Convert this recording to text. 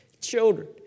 children